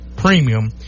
premium